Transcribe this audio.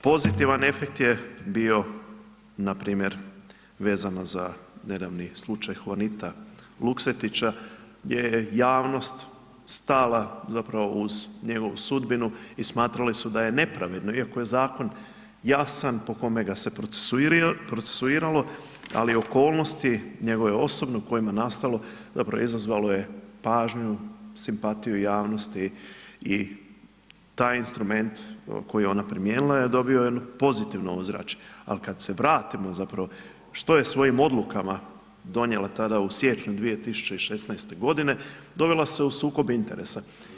Pozitivan efekt je bio npr. vezano za nedavni slučaj Huanita Luksetića gdje je javnost stala zapravo uz njegovu sudbinu i smatrali su da je nepravedno iako je zakon jasan po kome ga se procesuiralo, ali okolnosti njegove osobno u kojima je nastalo zapravo izazvalo je pažnju, simpatiju javnosti i taj instrument koji je ona primijenila je dobio jedno pozitivno ozračje, ali kad se vratimo zapravo što je svojim odlukama donijela tada u siječnju 2016. godine, dovela se u sukob interesa.